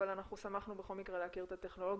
אבל שמחנו בכל מקרה להכיר את הטכנולוגיה.